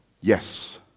Yes